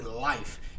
life